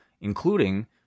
including